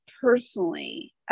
personally